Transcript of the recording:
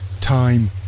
time